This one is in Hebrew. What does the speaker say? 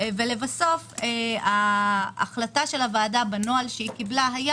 לבסוף ההחלטה של הוועדה בנוהל שקיבלה היה